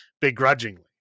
begrudgingly